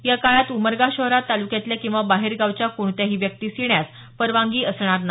या काळात उमरगा शहरात तालुक्यातल्या किंवा बाहेरगावच्या कोणत्याही व्यक्तीस येण्यास परवानगी असणार नाही